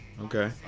Okay